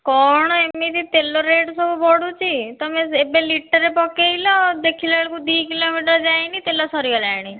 କ'ଣ ଏମିତି ତେଲ ରେଟ୍ ସବୁ ବଢ଼ୁଛି ତୁମେ ଏବେ ଲିଟର୍ ପକାଇଲେ ଦେଖିଲା ବେଳକୁ ଦୁଇ କିଲୋମିଟର୍ ଯାଇନି ତେଲ ସରିଗଲାଣି